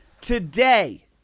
today